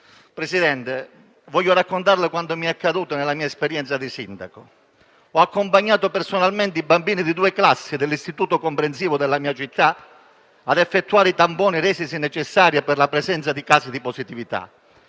Presidente, voglio raccontarle quanto mi è accaduto nella mia esperienza di sindaco. Ho accompagnato personalmente i bambini di due classi dell'istituto comprensivo della mia città ad effettuare i tamponi resisi necessari per la presenza di casi di positività.